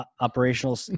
operational